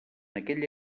aquella